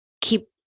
keep